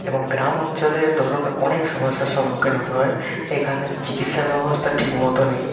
এবং গ্রাম অঞ্চলে ধরুন অনেক সমস্যার সম্মুখীন হতে হয় এখানে চিকিৎসা ব্যবস্থা ঠিকমতো নেই